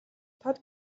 тод